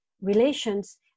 relations